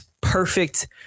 perfect